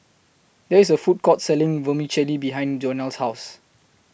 There IS A Food Court Selling Vermicelli behind Jonell's House